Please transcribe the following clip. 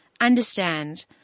understand